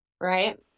Right